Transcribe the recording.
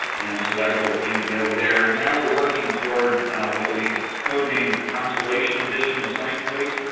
and so that really came together there, and now we're working toward what we've code-named the constellation edition of sciencebase,